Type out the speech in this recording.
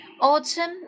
Autumn